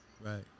Right